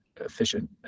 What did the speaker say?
efficient